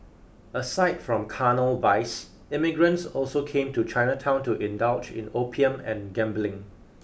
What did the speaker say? aside from carnal vice immigrants also came to Chinatown to indulge in opium and gambling